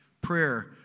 Prayer